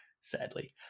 sadly